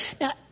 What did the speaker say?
Now